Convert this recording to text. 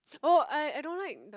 oh I I don't like the